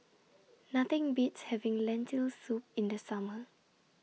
Nothing Beats having Lentil Soup in The Summer